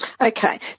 Okay